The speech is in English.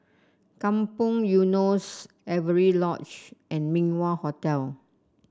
Kampong Eunos Avery Lodge and Min Wah Hotel